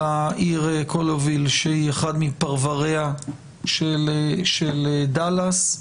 בעיר קוליוויל, שהיא אחד מפרבריה של דאלאס.